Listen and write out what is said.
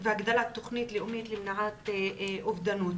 והגדלת תכנית לאומית למניעת אובדנות,